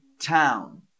town